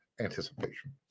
anticipation